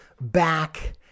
back